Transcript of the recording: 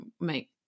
make